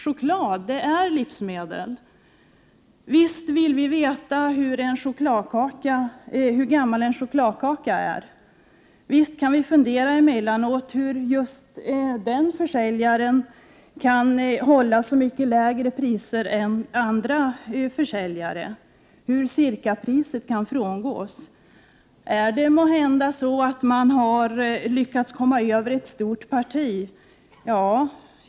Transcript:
Choklad är livsmedel. Visst vill vi veta hur gammal en chokladkaka är. Visst kan vi emellanåt fundera över hur just ”den försäljaren” kan hålla så mycket lägre priser än andra försäljare, hur cirkapriset kan frångås. Är det måhända så att man har lyckats komma över ett stort parti?